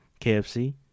KFC